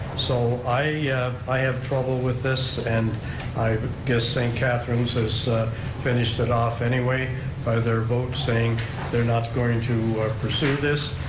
so i i have trouble with this, and i guess st. catharines has finished it off anyway by their vote saying they're not going to pursue this,